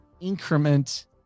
Increment